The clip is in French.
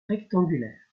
rectangulaires